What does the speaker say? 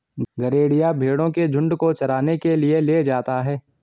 गरेड़िया भेंड़ों के झुण्ड को चराने के लिए ले जाता है